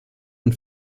und